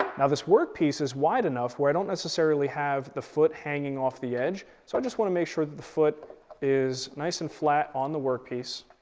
now this work piece is wide enough where i don't necessarily have the foot hanging off the edge, so i just want to make sure that the foot is nice and flat on the work piece